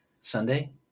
sunday